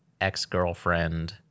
ex-girlfriend